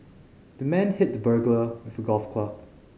the man hit the burglar with a golf club